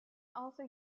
also